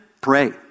pray